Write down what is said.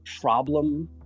problem